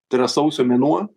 tai yra sausio mėnuo